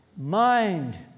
mind